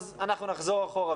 אנחנו נחזור אחורה.